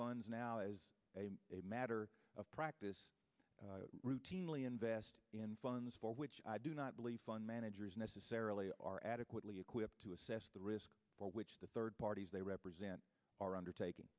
funds now as a matter of practice routinely invest in funds for which i do not fund managers necessarily are adequately equipped to assess the risk for which the third parties they represent are undertaking